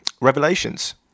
Revelations